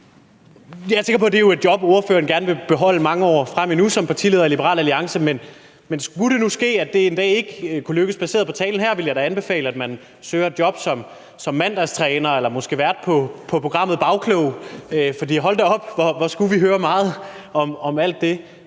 af Liberal Alliance er et job, ordføreren gerne vil beholde mange år frem endnu, men skulle det nu ske, at det en dag ikke kunne lykkes baseret på talen her, ville jeg da anbefale, at man søger et job som mandagstræner eller måske vært på programmet »Bagklog«, for hold da op, hvor skulle vi høre meget om alt det,